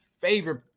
favorite